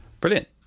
Brilliant